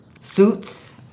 suits